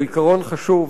הוא עיקרון חשוב,